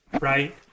right